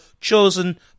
chosen